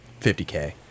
50K